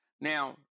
Now